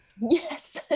yes